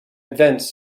events